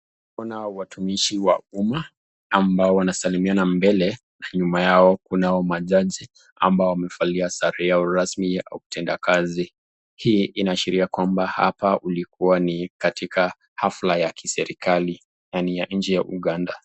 Naona watumishi wa umma ambao wanasalimiana mbele, nyuma yao kunao majaji ambao wamevalia sare yao rasmi ya utendakazi. Hii inaashiria kwamba hapa ulikuwa ni katika ghafla ya kiserikali na ni ya nchi ya Uganda.